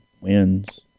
wins